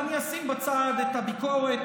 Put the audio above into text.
ואני אשים בצד את הביקורת,